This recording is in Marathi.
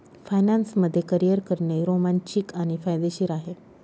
फायनान्स मध्ये करियर करणे रोमांचित आणि फायदेशीर आहे